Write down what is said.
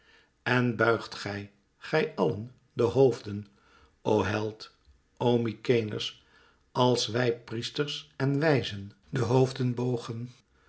en buigt gij gij allen de hoofden o held o mykenæërs als wij priesters en wijzen de hoofden bogen